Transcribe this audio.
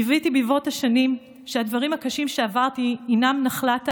קיוויתי ברבות השנים שהדברים הקשים שעברתי הם נחלת העבר,